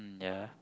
ya